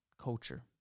culture